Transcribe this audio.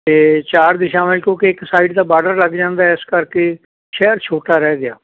ਅਤੇ ਚਾਰ ਦਿਸ਼ਾਵਾਂ ਕਿਉਂਕਿ ਇੱਕ ਸਾਈਡ ਦਾ ਬਾਰਡਰ ਲੱਗ ਜਾਂਦਾ ਇਸ ਕਰਕੇ ਸ਼ਹਿਰ ਛੋਟਾ ਰਹਿ ਗਿਆ